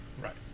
Right